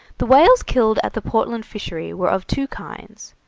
the whales killed at the portland fishery were of two kinds,